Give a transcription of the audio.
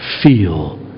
feel